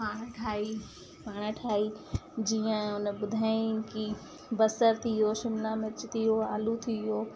पाण ठाही पाण ठाही जीअं उन ॿुधायईं की बसर थी वियो शिमला मिर्च थी वियो आलू थी वियो